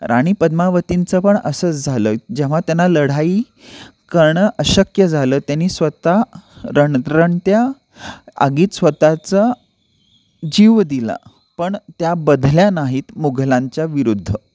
राणी पद्मावतींचं पण असंच झालं जेव्हा त्यांना लढाई करणं अशक्य झालं त्यांनी स्वतः रणरणत्या आगीत स्वतःचा जीव दिला पण त्या बधल्या नाहीत मुघलांच्या विरुद्ध